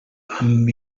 amb